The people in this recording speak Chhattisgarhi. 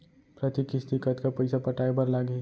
प्रति किस्ती कतका पइसा पटाये बर लागही?